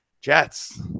Jets